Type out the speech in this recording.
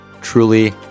Truly